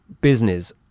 business